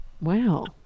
Wow